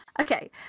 okay